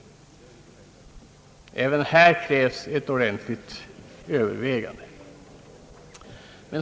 Även här krävs ett ordentligt övervägande.